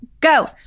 go